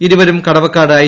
ഇരുവരും കടവക്കാട് ഐ